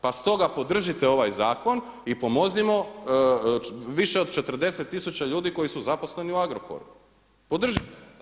Pa stoga podržite ovaj zakon i pomozimo više od 40 tisuća ljudi koji su zaposleni u Agrokoru, podržite nas.